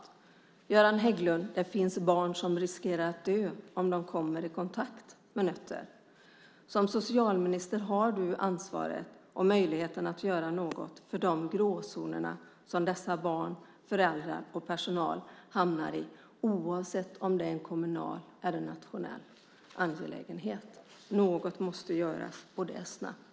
Göran Hägglund, det finns barn som riskerar att dö om de kommer i kontakt med nötter. Som socialminister har du ansvaret och möjligheten att göra något i fråga om de gråzoner som dessa barn, föräldrar och personal hamnar i, oavsett om det är en kommunal eller en nationell angelägenhet. Något måste göras och det snabbt.